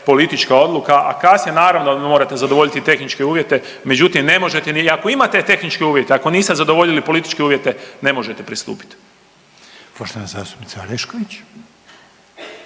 politička odluke, a kasnije naravno morate zadovoljiti tehničke uvjete, međutim ne možete. Ni ako imate tehničke uvjete, ako niste zadovoljili političke uvjete ne možete pristupit. **Reiner, Željko (HDZ)** Poštovana